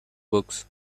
books